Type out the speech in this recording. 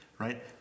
Right